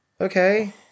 okay